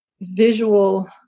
visual